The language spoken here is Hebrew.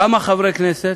כמה חברי כנסת,